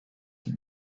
have